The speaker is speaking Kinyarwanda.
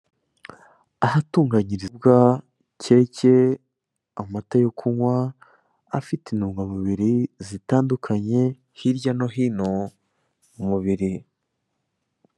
Ahatunganyirizwa keke, amata yo kunywa afite intungamubiri zitandukanye hirya no hino mu mubiri.